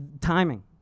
timing